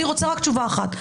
אני רוצה רק תשובה אחת,